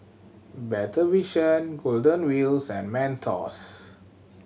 Better Vision Golden Wheels and Mentos